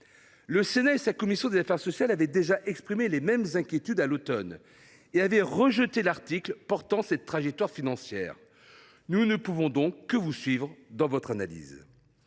Le Sénat et sa commission des affaires sociales avaient déjà exprimé les mêmes inquiétudes à l’automne dernier, rejetant l’article actant cette trajectoire financière. Exact ! Nous ne pouvons donc que vous suivre dans cette analyse,